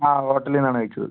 ആ ഹോട്ടലിൽ നിന്നാണ് കഴിച്ചത്